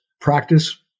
practice